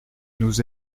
nous